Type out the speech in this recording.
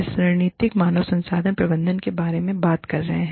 हम रणनीतिक मानव संसाधन प्रबंधन के बारे में बात कर रहे हैं